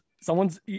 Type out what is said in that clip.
someone's